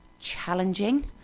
challenging